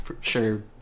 sure